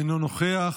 אינו נוכח,